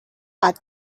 are